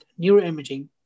neuroimaging